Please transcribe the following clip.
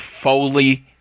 Foley